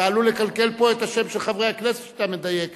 אתה עלול לקלקל פה את השם של חברי הכנסת כשאתה מדייק.